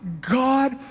God